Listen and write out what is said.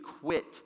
quit